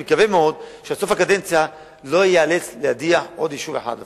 אני מקווה מאוד שעד סוף הקדנציה לא איאלץ להדיח בעוד יישוב אחד אפילו.